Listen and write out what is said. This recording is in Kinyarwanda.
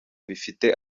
bifite